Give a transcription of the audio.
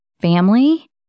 family